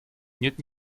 нет